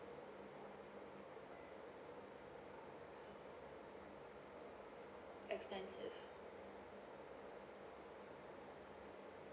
expensive